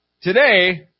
today